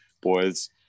boys